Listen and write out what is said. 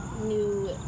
new